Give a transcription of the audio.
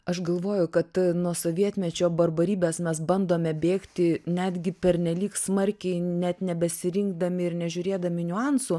aš galvoju kad nuo sovietmečio barbarybės mes bandome bėgti netgi pernelyg smarkiai net nebesirinkdami ir nežiūrėdami niuansų